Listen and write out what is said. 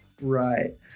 Right